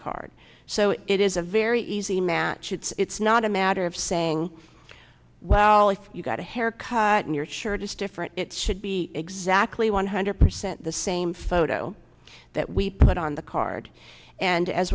card so it is a very easy match it's not a matter of saying well if you got a haircut and your shirt is different it should be exactly one hundred percent the same photo that we put on the card and as